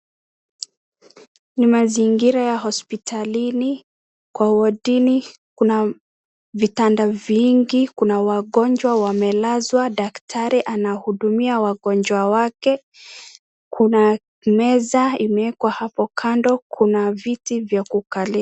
Ni mazingira ya hospitalini kwa wodini , kuna vitanda vingi, kuna wagonjwa wamelazwa, daktari anahudumia wagonjwa wake kuna meza imewekwa hapo kando kuna viti vya kukalia.